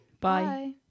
bye